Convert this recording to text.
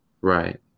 Right